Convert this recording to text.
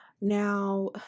Now